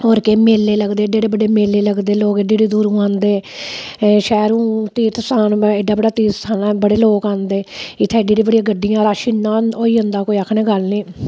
होर केह् मेले लगदे एड्डे एड्डे बड्डे मेले लगदे लोग एड्डे एड्डे दूरूं औंदे एह् शैह्रूं तीर्थ स्थान ऐ एड्डा बड्डा तीर्थ स्थान ऐ बड़े लोक औंदे इत्थै एड्डे एड्डे बड्डी गड्डियां रश इन्ना होई जंदा कोई आखने दी गल्ल नेईं